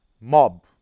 mob